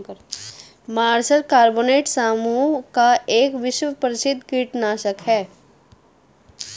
martial carbonate समूह का एक विश्व प्रसिद्ध कीटनाशक है